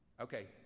Okay